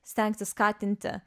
stengtis skatinti